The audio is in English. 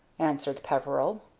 answered peveril.